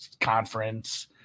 conference